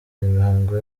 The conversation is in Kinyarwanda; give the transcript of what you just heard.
imihango